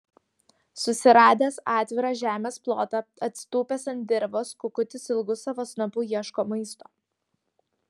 susiradęs atvirą žemės plotą atsitūpęs ant dirvos kukutis ilgu savo snapu ieško maisto